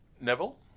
Neville